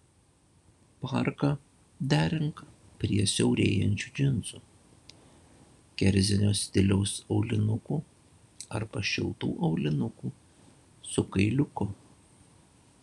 parką derink prie siaurėjančių džinsų kerzinio stiliaus aulinukų arba šiltų aulinukų su kailiuku